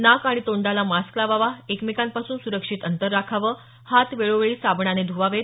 नाक आणि तोंडाला मास्क लावावा एकमेकांपासून सुरक्षित अंतर राखावं हात वेळोवेळी साबणाने धुवावेत